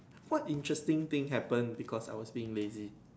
what interesting thing happen because I was being lazy